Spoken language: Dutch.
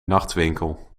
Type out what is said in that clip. nachtwinkel